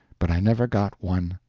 but i never got one.